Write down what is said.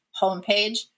homepage